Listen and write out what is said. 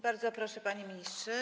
Bardzo proszę, panie ministrze.